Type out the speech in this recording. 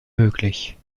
möglich